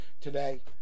today